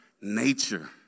nature